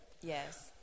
Yes